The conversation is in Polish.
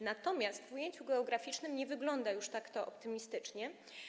Natomiast w ujęciu geograficznym nie wygląda to już tak optymistycznie.